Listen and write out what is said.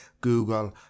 Google